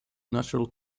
natural